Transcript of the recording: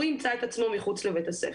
הוא ימצא את עצמו מחוץ לבית הספר.